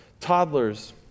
toddlers